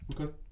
Okay